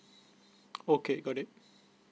okay got it